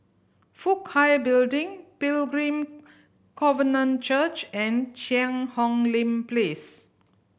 Fook Hai Building Pilgrim Covenant Church and Cheang Hong Lim Place